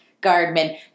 guardman